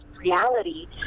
reality